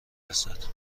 رسد